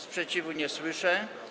Sprzeciwu nie słyszę.